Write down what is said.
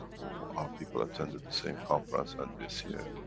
our people attended the same conference, and this year,